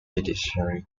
judiciary